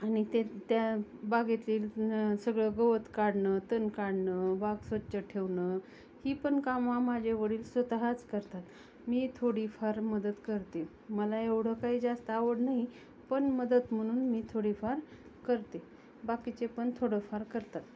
आणि ते त्या बागेतली न सगळं गवत काढणं तण काढणं बाग स्वच्छ ठेवणं ही पण कामं माझे वडील स्वतःच करतात मी थोडीफार मदत करते मला एवढं काही जास्त आवड नाही पण मदत म्हणून मी थोडीफार करते बाकीचे पण थोडंफार करतात